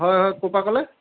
হয় হয় ক'ৰপৰা ক'লে